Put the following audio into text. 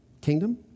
Kingdom